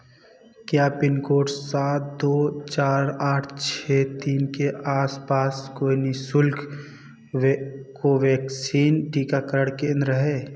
क्या pin code सात दो चार आठ छः तीन के आस पास कोई निःशुल्क रे कोवैक्सीन टीकाकरण केंद्र है